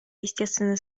естественный